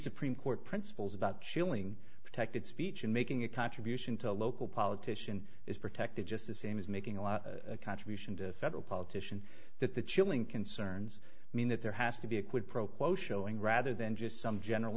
supreme court principles about chilling protected speech and making a contribution to a local politician is protected just the same as making a lot contribution to federal politician that the chilling concerns mean that there has to be a quid pro quo showing rather than just some general